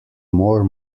more